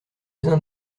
besoin